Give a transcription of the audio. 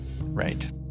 Right